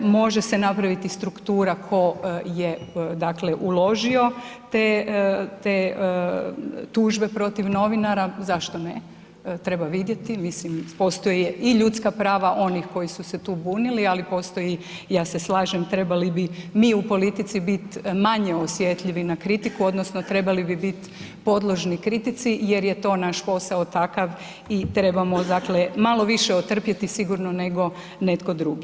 Može se napraviti struktura tko je dakle uložio te tužbe protiv novinara, zašto ne, treba vidjeti, mislim postoje i ljudska prava onih koji su se tu bunili ali postoji, ja se slažem trebali bi mi u politici biti manje osjetljivi na kritiku, odnosno trebali bi biti podložni kritici jer je to naš posao takav i trebamo dakle malo više otrpjeti sigurno nego netko drugi.